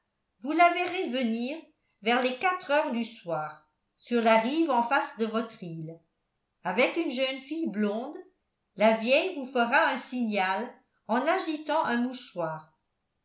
vous la verrez venir vers les quatre heures du soir sur la rive en face de votre île avec une jeune fille blonde la vieille vous fera un signal en agitant un mouchoir